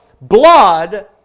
blood